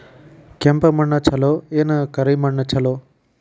ಕೆಂಪ ಮಣ್ಣ ಛಲೋ ಏನ್ ಕರಿ ಮಣ್ಣ ಛಲೋ?